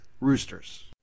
roosters